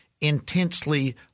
intensely